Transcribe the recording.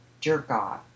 jerk-off